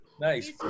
Nice